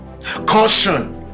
Caution